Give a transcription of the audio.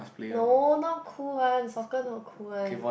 no not cool one soccer not cool one